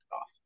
off